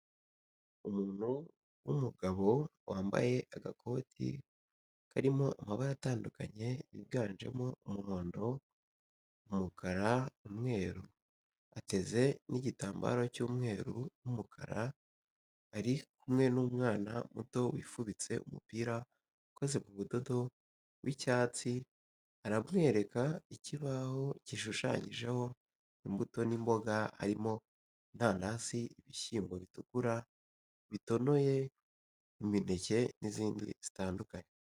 Umuntu w'umugabo wambaye agakoti karimo amabara atandukanye yiganjemo umuhondo, umukara umweru, ateze n'igitambaro cy'umweru n'umukara ari kumwe n'umwana muto wifubitse umupira ukoze mu budodo w'icyatsi aramwereka ikibaho gishushanyijeho imbuto n'imboga harimo inanasi, ibishyimbo bitukura bitonoye imineke n'izindi zitandukanye.